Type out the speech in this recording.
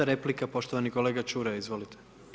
5. replika, poštovani kolega Čuraj, izvolite.